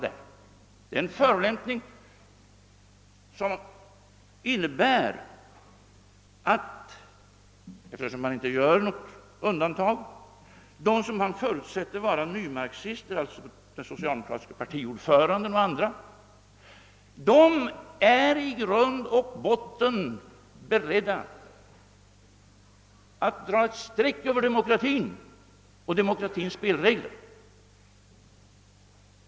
Eftersom han inte gjorde något undantag, säger han att de som han förutsätter vara nymarxister — alltså bl.a. den socialdemokratiske partiordföranden — 1 grund och botten är beredda att dra ett streck över demokratins spelregler.